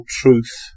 truth